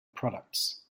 products